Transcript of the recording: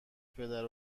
پدر